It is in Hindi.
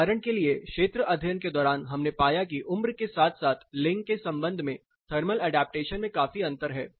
उदाहरण के लिए क्षेत्र अध्ययन के दौरान हमने पाया कि उम्र के साथ साथ लिंग के संबंध में थर्मल ऐडप्टेशन में काफी अंतर है